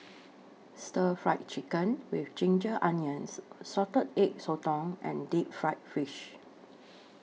Stir Fried Chicken with Ginger Onions Salted Egg Sotong and Deep Fried Fish